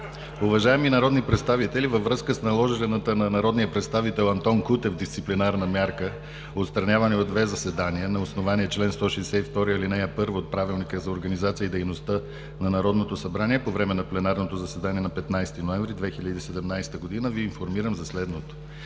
Уважаеми народни представители, във връзка с наложената на народния представител Антон Кутев дисциплинарна мярка отстраняване от две заседания на основание чл. 162, ал. 1 от Правилника за организацията и дейността на Народното събрание по време на пленарното заседание на 15 ноември 2017 г. Ви информирам за следното: